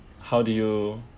how do you